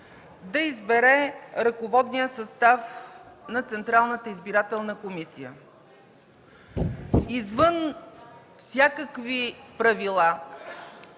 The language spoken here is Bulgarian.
да избере ръководния състав на Централната избирателна комисия. Извън всякакви правила,